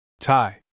Thai